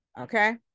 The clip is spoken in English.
Okay